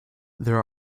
there